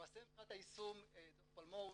למעשה מבחינת היישום דו"ח פלמור,